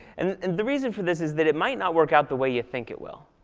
and the reason for this is that it might not work out the way you think it will.